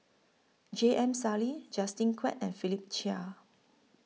J M Sali Justin Quek and Philip Chia